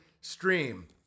stream